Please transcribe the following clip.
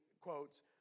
quotes